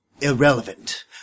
irrelevant